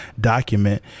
document